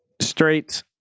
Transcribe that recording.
Straight